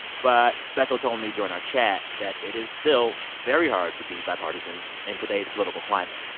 but beto told me during our chat that it is still very hard to be bipartisan in today's political climate.